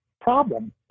problem